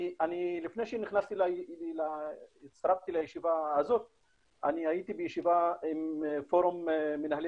לפני שהצטרפתי לישיבה הזאת הייתי בישיבה עם פורום מנהלי